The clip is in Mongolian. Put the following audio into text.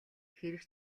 хэрэг